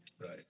Right